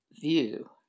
view